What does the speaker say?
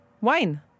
wine